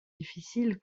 difficile